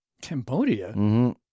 Cambodia